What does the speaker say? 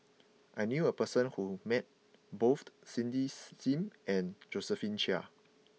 I knew a person who met bothed Cindy Sim and Josephine Chia